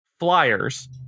flyers